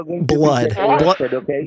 Blood